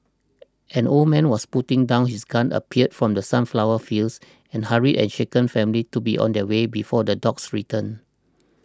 an old man was putting down his gun appeared from the sunflower fields and hurried the shaken family to be on their way before the dogs return